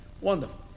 Wonderful